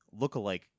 lookalike